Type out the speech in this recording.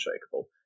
unshakable